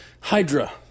Hydra